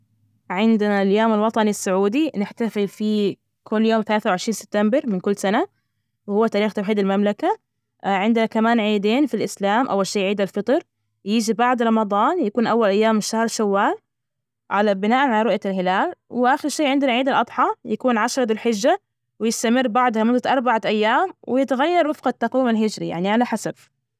عندنا اليوم الوطني السعودي نحتفل فيه كل يوم ثلاثة وعشرين سبتمبر من كل سنة، وهو تاريخ توحيد المملكة عندنا كمان عيدين في الإسلام، أول شي عيد الفطر يجي بعد رمضان يكون أول أيام شهر شوال على بناءا على رؤية الهلال، وآخر شي عندنا عيد الأضحى يكون عشر ذو الحجة، ويستمر بعدها مدة أربعة أيام، ويتغير وفق التقويم الهجري، يعني على حسب.